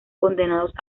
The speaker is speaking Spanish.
condenados